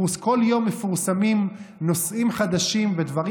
כל יום מפורסמים נושאים חדשים ודברים